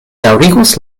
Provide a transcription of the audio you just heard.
daŭrigos